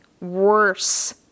worse